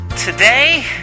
Today